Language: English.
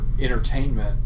entertainment